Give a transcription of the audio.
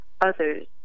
others